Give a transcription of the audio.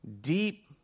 deep